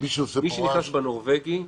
מי שנכנס בנורבגי,